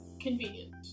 convenient